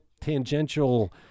tangential